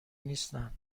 نیستن